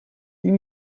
die